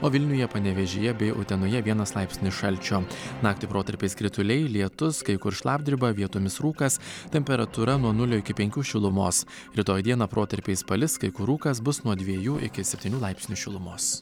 o vilniuje panevėžyje bei utenoje vienas laipsnis šalčio naktį protarpiais krituliai lietus kai kur šlapdriba vietomis rūkas temperatūra nuo nulio iki penkių šilumos rytoj dieną protarpiais palis kai kur rūkas bus nuo dviejų iki septynių laipsnių šilumos